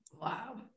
Wow